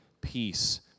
peace